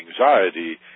anxiety